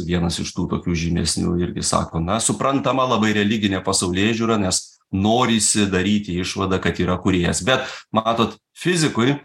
vienas iš tų tokių žymesnių irgi sako na suprantama labai religinė pasaulėžiūra nes norisi daryti išvadą kad yra kūrėjas bet matot fizikui